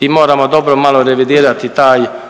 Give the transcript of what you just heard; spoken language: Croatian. i moramo dobro malo revidirati taj uzgoj